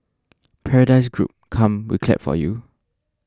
Paradise Group come we clap for you